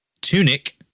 Tunic